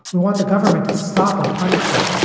we want the government to stop or punish them.